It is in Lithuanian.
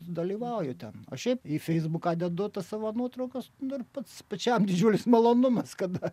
dalyvauju ten o šiaip į feisbuką dedu tas savo nuotraukas nu ir pats pačiam didžiulis malonumas kada